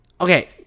okay